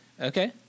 okay